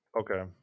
Okay